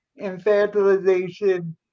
infantilization